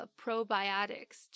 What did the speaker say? probiotics